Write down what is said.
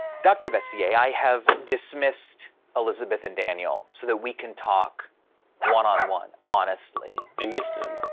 dr. veissiere i have dismissed elisabeth and daniel so that we can talk one on one, honestly. i miss them.